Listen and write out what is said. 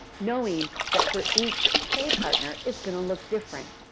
knowing that for each play partner, it's going to look different.